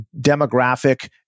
demographic